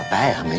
i um and